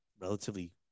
relatively